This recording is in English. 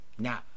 Now